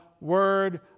word